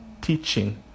teaching